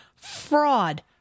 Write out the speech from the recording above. Fraud